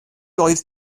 oedd